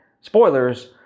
spoilers